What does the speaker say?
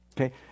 Okay